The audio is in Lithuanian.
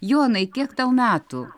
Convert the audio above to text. jonai kiek tau metų